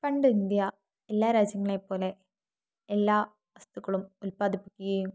പണ്ട് ഇന്ത്യ എല്ലാ രാജ്യങ്ങളെപ്പോലെ എല്ലാ വസ്തുക്കളും ഉത്പാദിപ്പിക്കുകയും